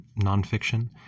nonfiction